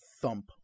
thump